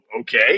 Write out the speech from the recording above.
okay